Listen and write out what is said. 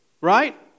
right